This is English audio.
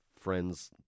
friend's